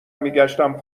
میگشتم